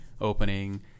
opening